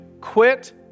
quit